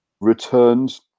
returns